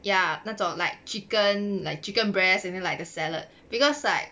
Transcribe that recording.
ya 那种 like chicken like chicken breast and then like the salad because like